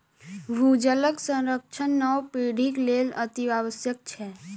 भूजलक संरक्षण नव पीढ़ीक लेल अतिआवश्यक छै